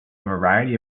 variety